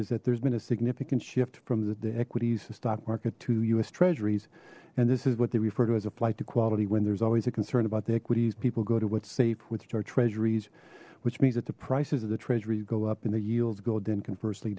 is that there's been a significant shift from the equities stock market to us treasuries and this is what they refer to as a flight to quality when there's always a concern about the equities people go to what's safe which are treasuries which means that the prices of the treasury go up and the yields go then conversely